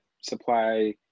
supply